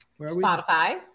Spotify